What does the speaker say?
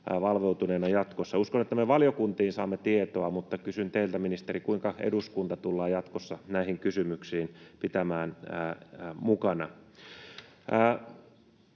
valveutuneena jatkossa. Uskon, että me valiokuntiin saamme tietoa, mutta kysyn teiltä, ministeri, kuinka eduskunta tullaan jatkossa näissä kysymyksissä pitämään mukana.